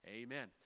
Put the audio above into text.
amen